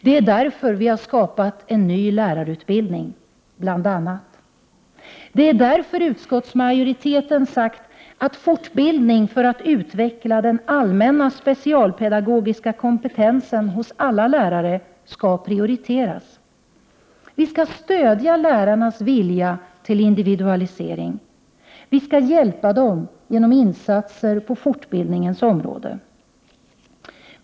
Det är därför vi har skapat en ny lärarutbildning, bl.a. Det är därför utskottsmajoriteten sagt att fortbildning för att utveckla den allmänna specialpedagogiska kompetensen hos alla lärare skall prioriteras. Vi skall stödja lärarnas vilja till individualisering. Vi skall hjälpa dem genom insatser på fortbildningens område.